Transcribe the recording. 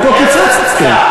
ופה קיצצתם.